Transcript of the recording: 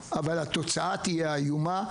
איומה,